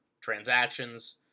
transactions